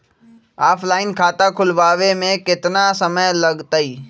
Offline खाता खुलबाबे में केतना समय लगतई?